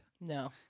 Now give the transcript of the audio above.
No